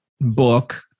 book